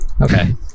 Okay